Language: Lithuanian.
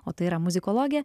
o tai yra muzikologė